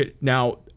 Now